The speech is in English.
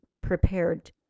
prepared